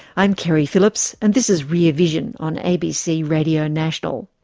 i'm keri phillips and this is rear vision on abc radio national.